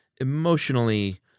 emotionally